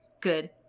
Good